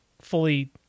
fully